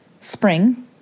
spring